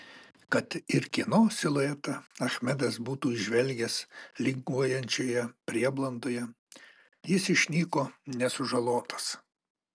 kad ir kieno siluetą achmedas būtų įžvelgęs linguojančioje prieblandoje jis išnyko nesužalotas